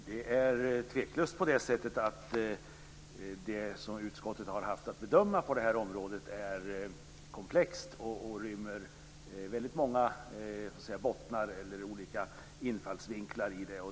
Fru talman! Det som utskottet har haft att bedöma på det här området är tveklöst komplext och rymmer väldigt många bottnar och olika infallsvinklar.